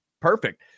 perfect